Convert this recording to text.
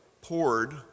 poured